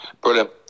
Brilliant